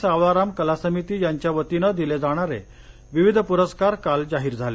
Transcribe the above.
सावळाराम कलासमिती यांच्यावतीने दिले जाणारे विविध पुरस्कार काल जाहीर झाले